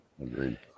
Agreed